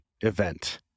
event